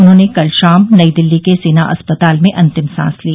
उन्होंने कल शाम नई दिल्ली के सेना अस्पताल में अंतिम सांस ली